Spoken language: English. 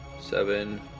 Seven